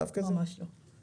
ממש לא.